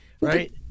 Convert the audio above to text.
Right